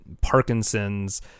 parkinson's